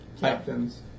Captains